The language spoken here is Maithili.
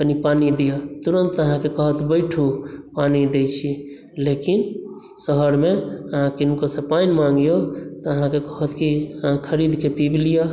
कनि पानी दिअ तऽ तुरन्त अहाँकेँ कहत बैठू पानी दैत छी लेकिन शहरमे अहाँ किनकोसँ पानी माँगियौ तऽ अहाँकेँ कहत कि अहाँ खरीदके पीबि लिअ